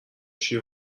شیر